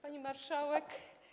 Pani Marszałek!